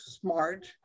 smart